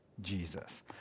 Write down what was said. Jesus